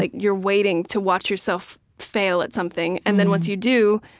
like you're waiting to watch yourself fail at something, and then once you do,